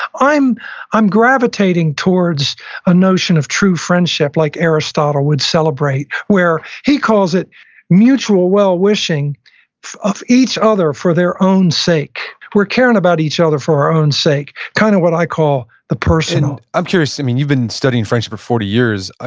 i'm i'm gravitating towards a notion of true friendship like aristotle would celebrate, where he calls it mutual well-wishing of each other for their own sake. we're caring about each other for our own sake, kind of what i call the person i'm curious. you've been studying friendship for forty years. ah